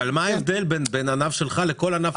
אבל מה ההבדל בין הענף שלך לבין כל ענף אחר?